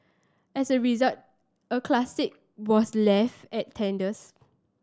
as a result a classic was left at tatters